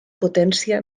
potència